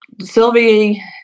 Sylvie